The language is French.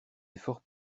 effort